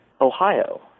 Ohio